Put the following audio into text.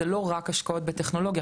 זה לא רק השקעות בטכנולוגיה,